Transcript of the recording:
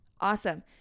Awesome